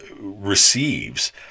receives